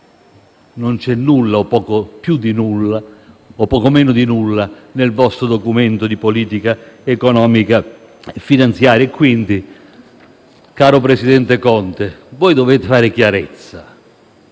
non c'è nulla o poco meno di nulla nel vostro Documento di economia e finanza. Quindi, caro presidente Conte, voi dovete fare chiarezza.